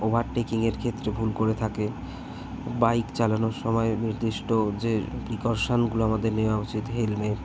ওভারটেকিংয়ের ক্ষেত্রে ভুল করে থাকে বাইক চালানোর সময় নির্দিষ্ট যে প্রিকয়াশানগুলো আমাদের নেওয়া উচিত হেলমেট